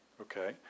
Okay